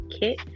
kit